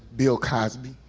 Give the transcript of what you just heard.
bill cosby.